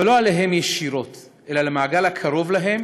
אבל לא אליהם ישירות אלא למעגל הקרוב להם